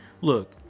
look